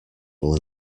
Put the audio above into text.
will